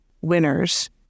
winners